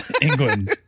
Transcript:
england